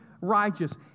righteous